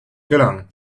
gelang